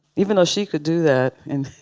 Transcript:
even though she could do that and